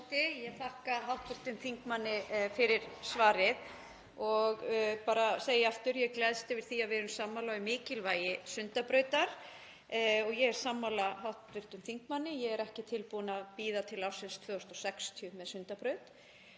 Ég þakka hv. þingmanni fyrir svarið og segi bara aftur: Ég gleðst yfir því að við erum sammála um mikilvægi Sundabrautar. Ég er sammála hv. þingmanni, ég er ekki tilbúin að bíða til ársins 2060 með Sundabraut